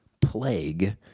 plague